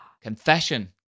Confession